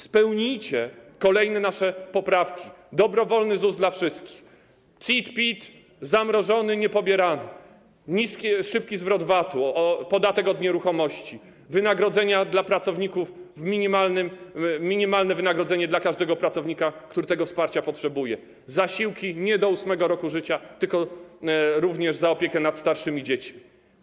Spełnijcie kolejne nasze postulaty zawarte w poprawkach: dobrowolny ZUS dla wszystkich, CIT, PIT zamrożony, niepobierany, szybki zwrot VAT-u, podatek od nieruchomości, wynagrodzenia dla pracowników w minimalnym... minimalne wynagrodzenie dla każdego pracownika, który tego wsparcia potrzebuje, zasiłki nie do 8. roku życia, tylko również na opiekę nad starszymi dziećmi.